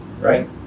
right